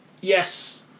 yes